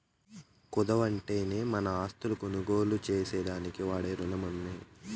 కుదవంటేనే మన ఆస్తుల్ని కొనుగోలు చేసేదానికి వాడే రునమమ్మో